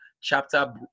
chapter